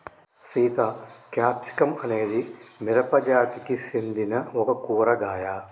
Sita capsicum అనేది మిరపజాతికి సెందిన ఒక కూరగాయ